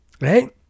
right